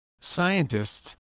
scientists